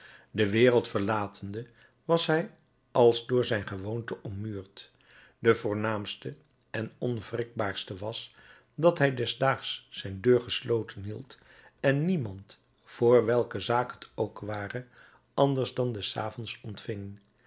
de wereld verlatende was hij als door zijn gewoonten ommuurd de voornaamste en de onwrikbaarste was dat hij des daags zijn deur gesloten hield en niemand voor welke zaak het ook ware anders dan des avonds ontving